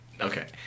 okay